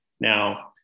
Now